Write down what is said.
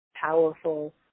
powerful